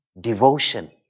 devotion